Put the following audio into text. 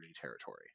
territory